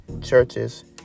churches